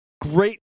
Great